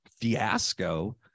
fiasco